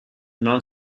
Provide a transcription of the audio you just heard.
non